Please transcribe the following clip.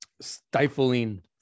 stifling